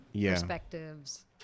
perspectives